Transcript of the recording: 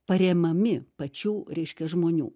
paremiami pačių reiškia žmonių